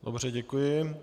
Dobře, děkuji.